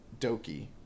Doki